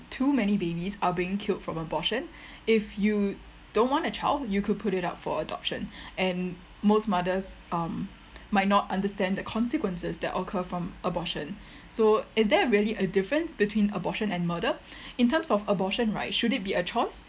too many babies are being killed from abortion if you don't want a child you could put it up for adoption and most mothers um might not understand the consequences that occur from abortion so is there really a difference between abortion and murder in terms of abortion right should it be a choice